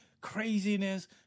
craziness